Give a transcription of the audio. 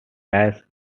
agrees